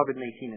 COVID-19